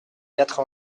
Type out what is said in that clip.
quatre